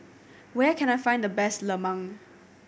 where can I find the best lemang